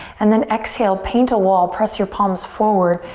and then exhale, paint a wall, press your palms forward,